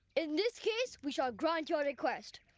in this case we shall grant your request.